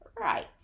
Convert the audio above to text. Right